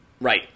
Right